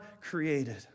created